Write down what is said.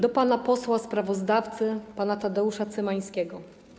Do posła sprawozdawcy pana Tadeusza Cymańskiego.